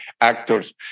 actors